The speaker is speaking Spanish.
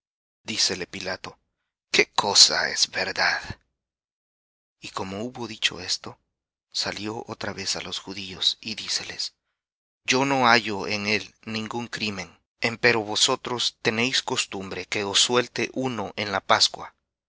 voz dícele pilato qué cosa es verdad y como hubo dicho esto salió otra vez á los judíos y díceles yo no hallo en él ningún crimen empero vosotros tenéis costumbre que os suelte uno en la pascua